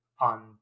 on